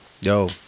Yo